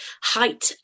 height